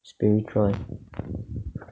spiritual